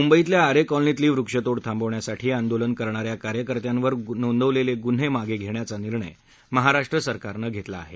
मुंबईतल्या आरे कॉलनीतली वृक्ष तोड थांबवण्यासाठी आंदोलन करणाऱ्या कार्यकर्त्यांवर नोंदवलेले गुन्हे मागे घेण्याचा निर्णय महाराष्ट्र सरकारनं घेतला आहे